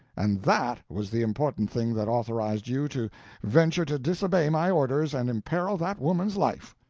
and that was the important thing that authorized you to venture to disobey my orders and imperil that woman's life!